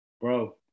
bro